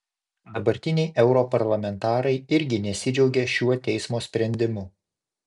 dabartiniai europarlamentarai irgi nesidžiaugė šiuo teismo sprendimu